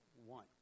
one